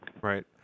Right